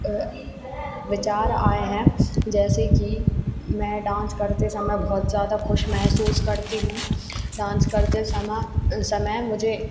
विचार आए हैं जैसे कि मैं डांस करते समय बहुत ज़्यादा ख़ुश महसूस करती हूँ डांस करते समा समय मुझे